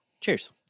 Cheers